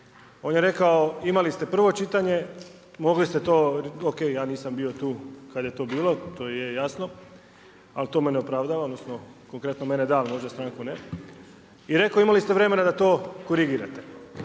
On je rekao imali ste prvo čitanje mogli ste to, o.k. ja nisam bio tu kada je to bilo to je jasno, ali to me ne opravdava odnosno konkretno mene da, ali možda stranku ne i rekao imali ste vremena da to korigirate.